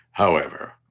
however,